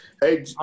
Hey